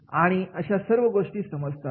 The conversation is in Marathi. आणि अशा सर्व गोष्टी समजतात